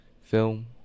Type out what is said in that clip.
film